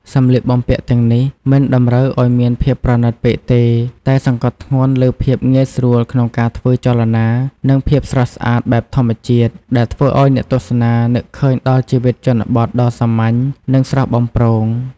សម្លៀកបំពាក់ទាំងនេះមិនតម្រូវឱ្យមានភាពប្រណិតពេកទេ តែសង្កត់ធ្ងន់លើភាពងាយស្រួលក្នុងការធ្វើចលនា និងភាពស្រស់ស្អាតបែបធម្មជាតិ ដែលធ្វើឱ្យអ្នកទស្សនានឹកឃើញដល់ជីវិតជនបទដ៏សាមញ្ញ និងស្រស់បំព្រង។